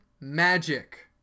Magic